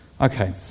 Okay